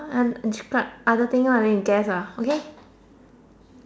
and describe other thing ah then you guess ah okay